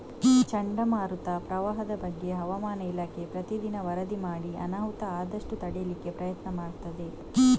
ಚಂಡಮಾರುತ, ಪ್ರವಾಹದ ಬಗ್ಗೆ ಹವಾಮಾನ ಇಲಾಖೆ ಪ್ರತೀ ದಿನ ವರದಿ ಮಾಡಿ ಅನಾಹುತ ಆದಷ್ಟು ತಡೀಲಿಕ್ಕೆ ಪ್ರಯತ್ನ ಮಾಡ್ತದೆ